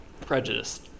prejudice